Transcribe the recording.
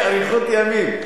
סגולה לאריכות ימים.